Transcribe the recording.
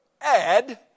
add